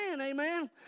amen